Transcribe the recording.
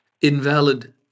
invalid